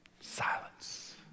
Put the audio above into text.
Silence